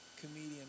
comedian